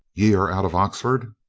ye are out of oxford?